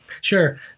Sure